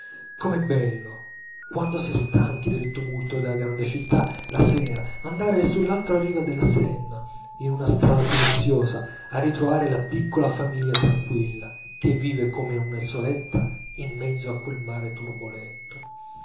com'è bello quando s'è stanchi del tumulto della grande città la sera andare sull'altra riva della senna in una strada silenziosa a ritrovare la piccola famiglia tranquilla che vive come in una isoletta in mezzo a quel mare turbolento